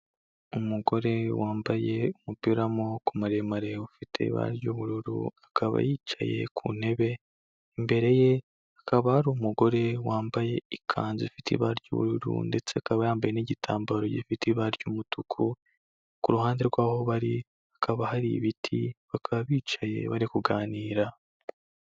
Umugore wambaye umupira w'amaboko maremare, ufite ibara ry'ubururu, akaba yicaye ku ntebe, imbere ye hakaba hari umugore wambaye ikanzu ifite ibara ry'ubururu, ndetse akaba yambaye n'igitambaro gifite ibara ry'umutuku, ku ruhande rw'aho bari hakaba hari ibiti, bakaba bicaye bari kuganira.